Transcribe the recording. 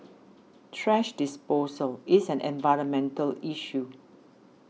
thrash disposal is an environmental issue